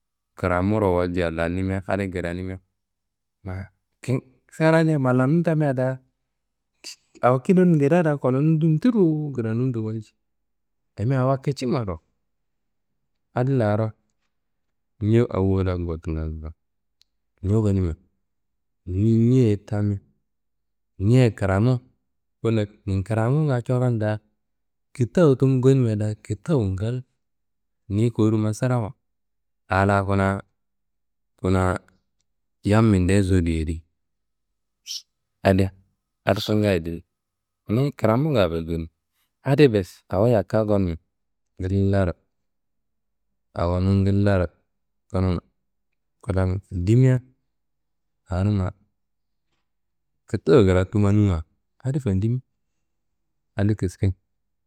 Kramuro walja lannimia adi granimia ma granimia lannun tamia da awo kidenum ngedeya da kolonum dumu ti ruwu kranundo walci ayimia awo kici marrawayi. Adi laro ñe awollan gottunga ngla. Gowu gonimia, niyi ñeaye tami, ñea kramu bundo ninkramunga coron da kitawu tumu gonimia da kitawu, niyi kowurunumma sirawa a la kuna, kuna yam mindeye zodu yedi adi, adiso ngaaye din niyi kramunga bes konimi adi bes awo yakka gonumu ngillaro awonum ngillaro gonum klan dimia awonumma. Kitawu gratu manimiwa adi fandimi, adi kiske.